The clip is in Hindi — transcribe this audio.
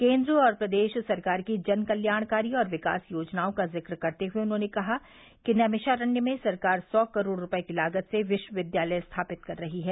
केन्द्र और प्रदेश सरकार की जन कल्याणकारी और विकास योजनाओं का जिक्र करते हुए उन्होंने कहा कि नैमिषारण्य में सरकार सौ करोड़ रूपये की लागत से विश्वविद्यालय स्थापित कर रही है